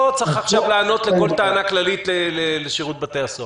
לא צריך עכשיו לענות לכל טענה כללית לשירות בתי הסוהר.